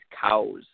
cows